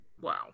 Wow